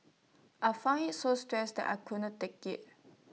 I found IT so stressful and I couldn't take IT